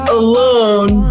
alone